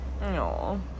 No